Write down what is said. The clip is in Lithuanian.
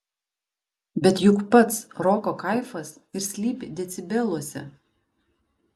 bet juk pats roko kaifas ir slypi decibeluose